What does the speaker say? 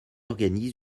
organisent